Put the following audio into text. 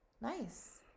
Nice